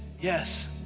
yes